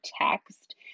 text